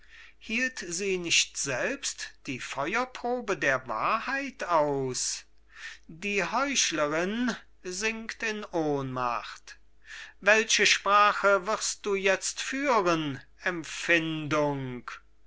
hielt sie nicht selbst die feuerprobe der wahrheit aus die heuchlerin sinkt in ohnmacht welche sprache wirst du jetzt führen empfindung